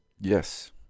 Yes